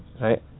Right